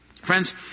Friends